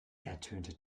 ertönte